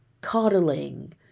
coddling